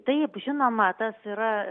taip žinoma tas yra